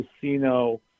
casino